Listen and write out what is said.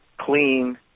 clean